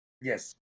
Yes